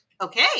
Okay